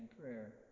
prayer